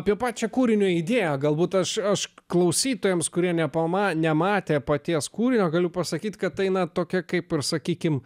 apie pačią kūrinio idėją galbūt aš aš klausytojams kurie nepama nematė paties kūrinio galiu pasakyti kad tai na tokia kaip ir sakykim